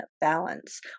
balance